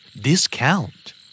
Discount